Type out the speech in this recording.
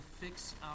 fix